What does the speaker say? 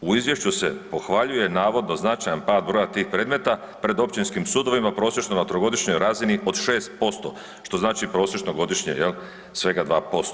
U izvješću se pohvaljuje navodno značajan pad broja tih predmeta pred općinskim sudovima prosječno na trogodišnjoj razini od 6%, što znači prosječno godišnje jel svega 2%